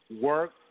work